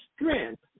strength